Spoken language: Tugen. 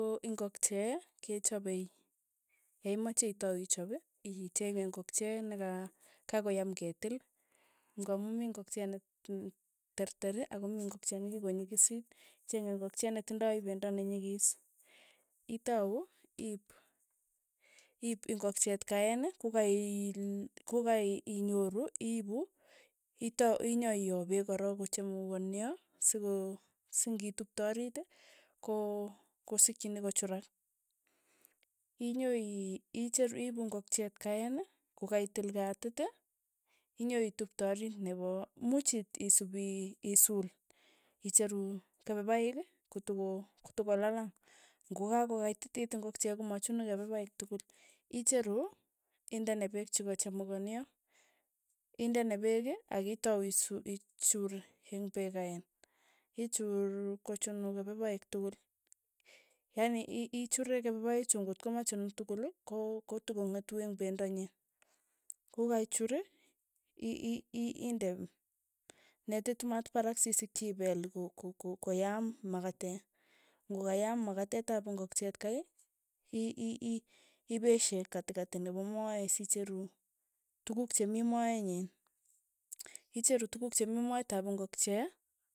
Ko ingokchie kechape yemache itau ichop, icnenge ingokchie neka kakoyam ketil, ng. amu mi ngokchie net terter ako mii ngokchiee nekikonyikisit, ichenge ngokchiee netindoi pendo nechikis, itau iip iip ingokchiee kaen kokaii kokainyoru iipu itau inyoioo peek korok, kochamukonio, sikoo sing'itupte arit, ko kosikchini kochurak, inyo ii iche riipu ingokchie kei kaeen, kokaitil katit, inyo ituote orit nea, imuuch ii- isupi isuul, icheru kepepaik, kotoko kotokolalang, ng'okakokaitittit ngokchie komachunu kepepaik tukul,, icheru indene peek chekachamukonio, indene peek ak itau isu ichuur eng' peek kaen, ichuur ipkochunu kepepaik tukul, yani ichure kepepaik chu, ng'ot ko machunu tukukul ko kotokong'etu eng' pendo nyin, kokaichur, i- i- iinde netit maat parak, sisikchi ipeel ko- ko- koyaam makatet, ng'o kayam makatet ap ingokchie kei, i- i- ipeshe katikati nepo moet sicheru tukuk chemii moe nyiin, icheru tukuk che mii moet ap ingokchie.